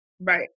Right